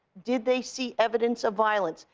did they see evidence of violence?